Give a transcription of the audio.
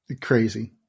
Crazy